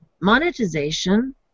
monetization